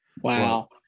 Wow